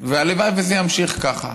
והלוואי שזה יימשך ככה.